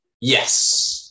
yes